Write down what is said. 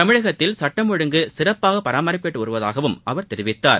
தமிழகத்தில் சட்டம் ஒழுங்கு சிறப்பாக பராமரிக்கப்பட்டு வருவதாகவும் அவர் தெரிவித்தார்